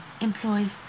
employs